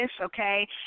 okay